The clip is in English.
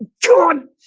john